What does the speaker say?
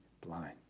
blind